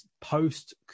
post